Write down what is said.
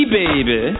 baby